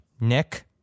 Nick